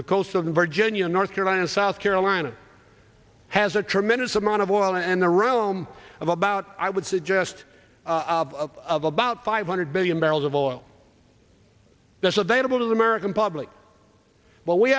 the coast of virginia north carolina south carolina has a tremendous amount of oil and the realm of about i would suggest of of about five hundred billion barrels of oil that's available to the american public but we